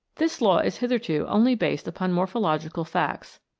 this law is hitherto only based upon morphological facts.